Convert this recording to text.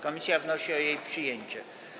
Komisja wnosi o jej przyjęcie.